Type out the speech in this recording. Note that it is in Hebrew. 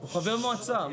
הוא חבר מועצה.